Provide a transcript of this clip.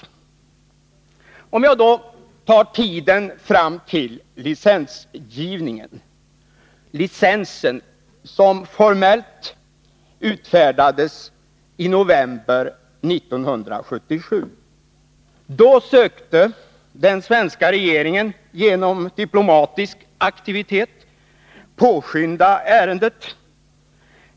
Låt mig beröra tiden fram till licensgivningen — licensen utfärdades formellt i november 1977. Då sökte den svenska regeringen genom diplomatisk aktivitet påskynda ärendet.